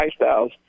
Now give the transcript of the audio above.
Lifestyles